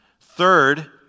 Third